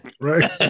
right